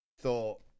thought